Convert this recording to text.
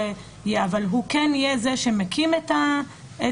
אבל הוא כן יהיה זה שמקים את השיחה,